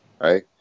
right